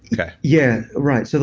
yeah. yeah right. so